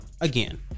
again